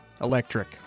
Electric